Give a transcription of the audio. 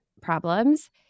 problems